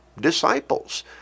Disciples